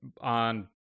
on